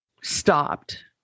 stopped